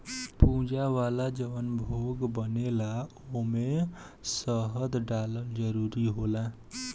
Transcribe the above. पूजा वाला जवन भोग बनेला ओइमे शहद डालल जरूरी होला